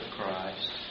Christ